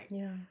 ya